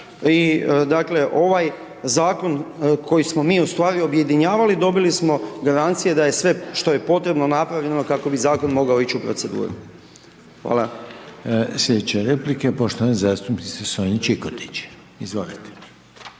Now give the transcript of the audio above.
i dakle, ovaj Zakon koji smo mi u stvari objedinjavali, dobili smo garancije, da je sve, što je potrebno napravljeno kako bi Zakon mogao ići u proceduru. Hvala. **Reiner, Željko (HDZ)** Slijedeće rasprave poštovane zastupnice Sonje Čikotić, izvolite.